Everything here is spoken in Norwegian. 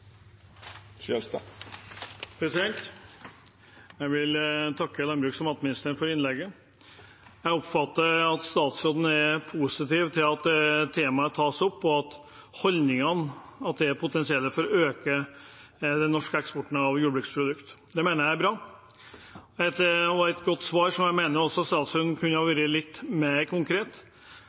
Jeg vil takke landbruks- og matministeren for innlegget. Jeg oppfatter det slik at statsråden er positiv til at temaet tas opp, og at holdningen er at det er potensial for å øke den norske eksporten av jordbruksprodukter. Det mener jeg er bra og et godt svar – der jeg mener at statsråden også kunne ha vært litt mer konkret.